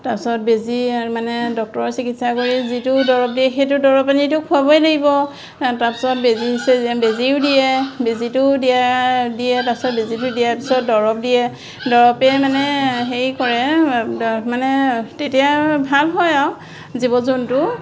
তাৰপিছত বেজী আৰু মানে ডক্টৰৰ চিকিৎসা কৰি যিটো দৰৱ দিয়ে সেইটো দৰৱ আনিতো খোৱাবই লাগিব তাৰপিছত বেজী দিছে বেজীও দিয়ে বেজীটোও দিয়া দিয়ে তাৰপিছত বেজিটো দিয়াৰ পিছত দৰৱ দিয়ে দৰৱেই মানে হেৰি কৰে মানে তেতিয়া ভাল হয় আৰু জীৱ জন্তু